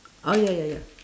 oh ya ya ya